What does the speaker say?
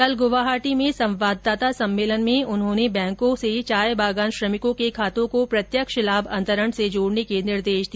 कल गुवाहाटी में संवाददाता सम्मेलन में उन्होंने बैंकों से चायबागान श्रमिकों के खातों को प्रत्यक्ष लाभ अंतरण से जोड़ने का निर्देश दिया